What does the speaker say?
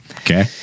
Okay